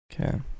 Okay